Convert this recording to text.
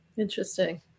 Interesting